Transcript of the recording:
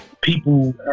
people